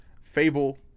Fable